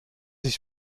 ich